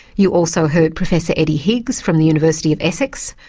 you also heard professor eddy higgs from the university of essex,